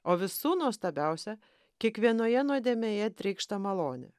o visų nuostabiausia kiekvienoje nuodėmėje trykšta malonė